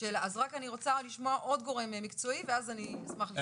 אז אני רק רוצה לשמוע עוד גורם מקצועי ואז אני אשמח לשמוע.